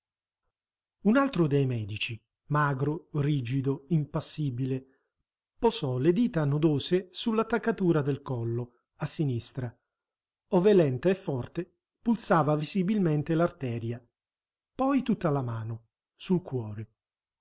un altro dei medici magro rigido impassibile posò le dita nodose sull'attaccatura del collo a sinistra ove lenta e forte pulsava visibilmente l'arteria poi tutta la mano sul cuore